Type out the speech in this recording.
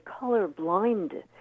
colorblind